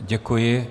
Děkuji.